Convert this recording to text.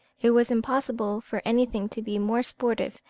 it was impossible for anything to be more sportive,